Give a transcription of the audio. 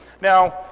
Now